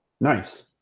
Nice